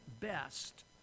best